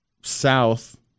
south